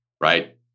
right